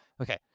okay